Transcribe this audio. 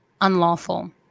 unlawful